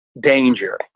danger